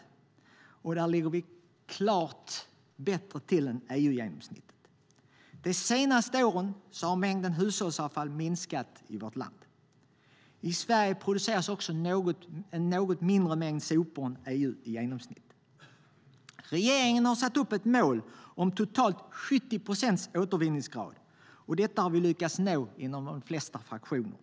Där ligger vi klart bättre till än EU-genomsnittet. Under de senaste åren har mängden hushållsavfall minskat i vårt land, och i Sverige produceras en något mindre mängd sopor än i EU i genomsnitt. Regeringen har satt upp ett mål om totalt 70 procents återvinningsgrad, och detta har vi lyckats uppnå inom de flesta fraktioner.